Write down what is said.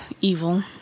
Evil